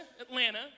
Atlanta